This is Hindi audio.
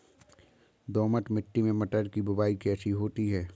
दोमट मिट्टी में मटर की बुवाई कैसे होती है?